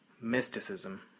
mysticism